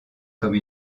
comme